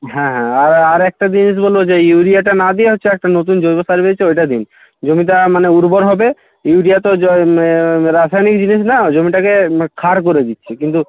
হ্যাঁ হ্যাঁ আর আরো একটা জিনিস বলবো যে ইউরিয়াটা না দিয়ে হচ্ছে একটা নতুন জৈব সার বেড়িয়েছে ওটা দিন জমিটা মানে উর্বর হবে ইউরিয়া তো রাসায়নিক জিনিস না জমিটাকে ক্ষার করে দিচ্ছে কিন্তু